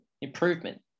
Improvement